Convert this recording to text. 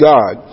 God